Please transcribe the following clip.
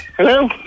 Hello